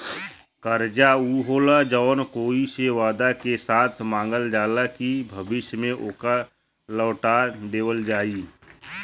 कर्जा ऊ होला जौन कोई से वादा के साथ मांगल जाला कि भविष्य में ओके लौटा देवल जाई